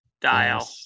dial